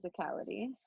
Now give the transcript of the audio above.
physicality